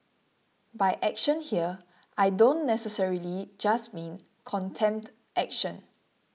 by action here I don't necessarily just mean contempt action